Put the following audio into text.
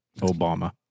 Obama